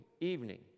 evening